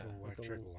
electric